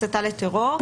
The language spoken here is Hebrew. הסתה לטרור.